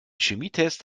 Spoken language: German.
chemietest